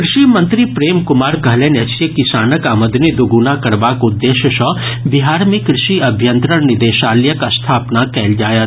कृषि मंत्री प्रेम कुमार कहलनि अछि जे किसानक आमदनी दूगुना करबाक उद्देश्य सँ बिहार मे कृषि अभियंत्रण निदेशालयक स्थापना कयल जायत